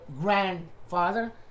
grandfather